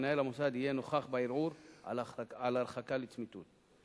מנהל המוסד יהיה נוכח בערעור על הרחקה לצמיתות.